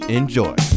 Enjoy